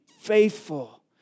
faithful